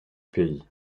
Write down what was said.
pays